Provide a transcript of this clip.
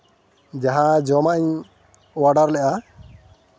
ᱡᱟᱦᱟᱸ ᱡᱚᱢᱟᱜ ᱤᱧ ᱚᱰᱟᱨ ᱞᱮᱫᱟ